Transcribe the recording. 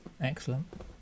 Excellent